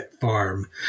farm